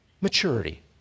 maturity